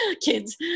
kids